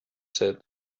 said